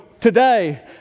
today